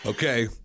Okay